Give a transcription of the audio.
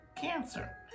Cancer